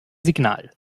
signal